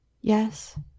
Yes